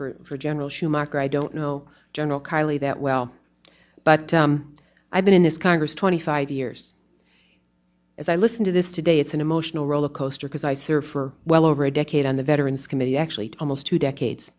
respect for general schumacher i don't know general kiley that well but i've been in this congress twenty five years as i listen to this today it's an emotional rollercoaster because i served for well over a decade on the veterans committee actually almost two decades